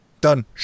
done